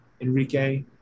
Enrique